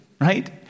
right